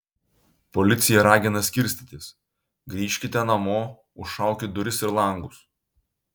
policija ragina skirstytis grįžkite namo užšaukit duris ir langus